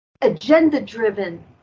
agenda-driven